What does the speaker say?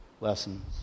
lessons